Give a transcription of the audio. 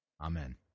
Amen